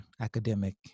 academic